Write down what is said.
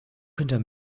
hinterm